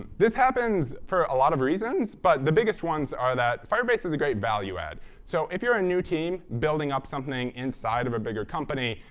this happens for a lot of reasons, but the biggest ones are that firebase is a great value add. so if you're a new team building up something inside of a bigger company,